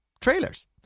trailers